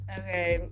okay